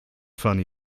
fanny